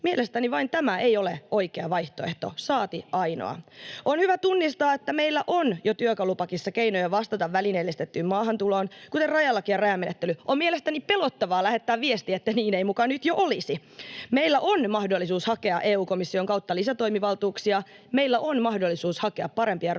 Mielestäni vain tämä ei ole oikea vaihtoehto, saati ainoa. On hyvä tunnistaa, että meillä on jo työkalupakissa keinoja vastata välineellistettyyn maahantuloon, kuten rajalaki ja rajamenettely. On mielestäni pelottavaa lähettää viesti, että niin ei muka nyt jo olisi. Meillä on mahdollisuus hakea EU-komission kautta lisätoimivaltuuksia ja meillä on mahdollisuus hakea parempia ratkaisuja,